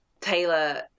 Taylor